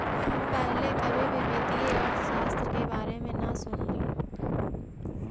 हम पहले कभी भी वित्तीय अर्थशास्त्र के बारे में न सुनली